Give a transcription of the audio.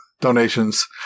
donations